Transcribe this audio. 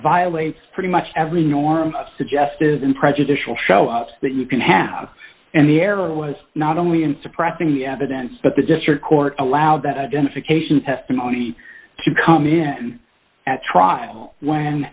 violates pretty much every norm suggestive and prejudicial show us that you can have and the error was not only in suppressing the evidence but the district court allowed that identification testimony to come in at trial when